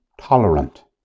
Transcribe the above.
tolerant